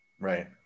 right